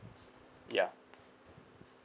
yeah